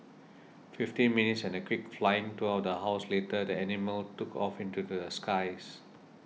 fifteen minutes and a quick flying tour of the house later the animal took off into the skies